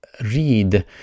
read